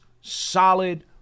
solid